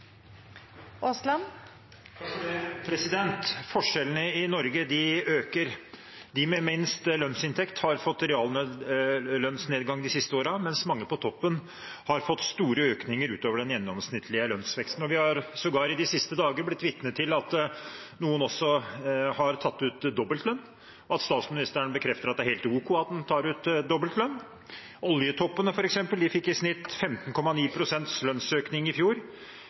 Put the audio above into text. Forskjellene i Norge øker. De med lavest lønnsinntekt har fått reallønnsnedgang de siste årene, mens mange på toppen har fått store økninger utover den gjennomsnittlige lønnsveksten. De siste dagene er vi sågar blitt vitne til at noen også har tatt ut dobbelt lønn, og at statsministeren bekrefter at det er helt ok at man tar ut dobbelt lønn. Oljetoppene fikk f.eks. i snitt 15,9 pst. lønnsøkning i fjor